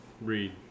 read